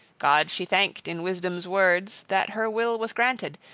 god she thanked, in wisdom's words, that her will was granted,